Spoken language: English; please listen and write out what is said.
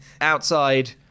outside